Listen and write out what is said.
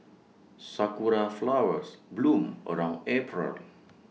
Sakura Flowers bloom around April